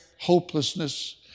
hopelessness